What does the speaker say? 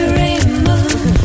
remove